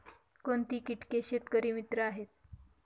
कोणती किटके शेतकरी मित्र आहेत?